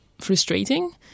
frustrating